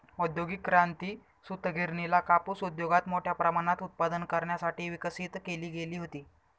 औद्योगिक क्रांती, सूतगिरणीला कापूस उद्योगात मोठ्या प्रमाणात उत्पादन करण्यासाठी विकसित केली गेली होती